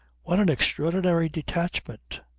what an extraordinary detachment!